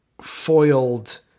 foiled